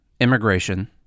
immigration